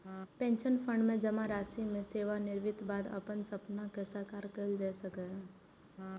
pension fund मे जमा राशि सं सेवानिवृत्तिक बाद अपन सपना कें साकार कैल जा सकैए